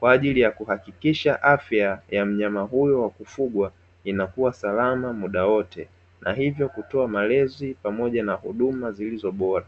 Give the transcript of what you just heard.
kwa ajili ya kuhakikisha afya ya mnyama huyo wa kufugwa inakuwa salama muda na hivyo kutoa malezi pamoja na huduma zilizo bora.